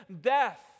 death